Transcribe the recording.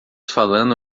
falando